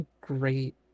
great